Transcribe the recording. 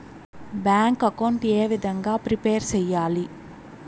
Bank account ఏ విధంగా prepare సెయ్యాలి?